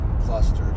clusters